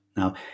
Now